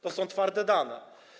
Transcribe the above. To są twarde dane.